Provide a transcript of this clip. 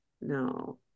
no